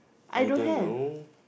I don't know